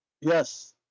Yes